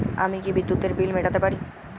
আমি কি বিদ্যুতের বিল মেটাতে পারি?